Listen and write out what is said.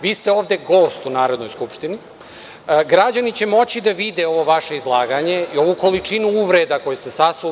Vi ste ovde gost u Narodnoj skupštini, građani će moći da vide vaše izlaganje i ovu količinu uvreda koju ste sasuli.